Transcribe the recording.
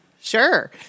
Sure